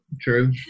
true